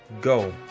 go